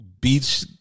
beach